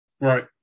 Right